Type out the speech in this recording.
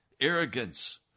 arrogance